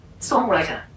songwriter